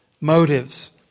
motives